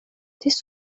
this